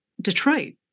Detroit